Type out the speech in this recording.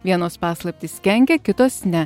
vienos paslaptys kenkia kitos ne